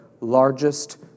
largest